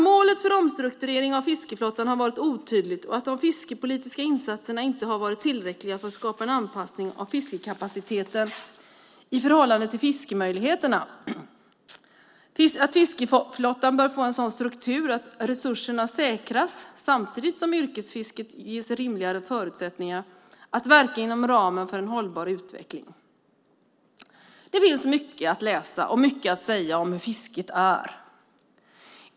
Målet för omstrukturering av fiskeflottan har varit otydligt och de fiskepolitiska insatserna har inte varit tillräckliga för att skapa en anpassning av kapaciteten i förhållande till fiskemöjligheterna. Fiskeflottan bör få en sådan struktur att resurserna säkras samtidigt som yrkesfisket ges rimligare förutsättningar att verka inom ramen för en hållbar utveckling. Det finns mycket att läsa och säga om hur fisket är.